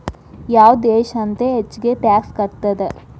ಯಾವ್ ದೇಶ್ ಅತೇ ಹೆಚ್ಗೇ ಟ್ಯಾಕ್ಸ್ ಕಟ್ತದ?